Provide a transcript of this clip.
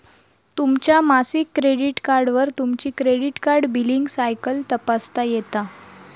तुमच्या मासिक क्रेडिट कार्डवर तुमची क्रेडिट कार्ड बिलींग सायकल तपासता येता